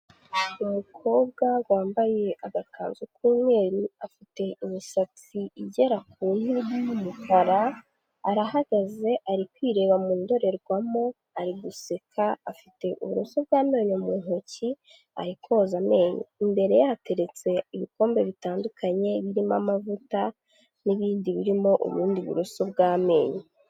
Umukobwa wambaye agakanzu k'umweru, afite imisatsi igera ku ntugu y'umukara, arahagaze ari kwireba mu ndorerwamo, ari guseka afite uburoso bw'amenyo mu ntoki ari koza amenyo. Imbere ye hateretse ibikombe bitandukanye birimo amavuta n'ibindi birimo ubundi buroso bw'amenyo.